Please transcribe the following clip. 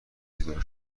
بیدار